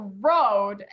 road